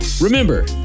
Remember